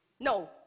No